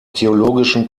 theologischen